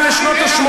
איזה עידן חדש?